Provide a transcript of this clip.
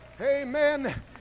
Amen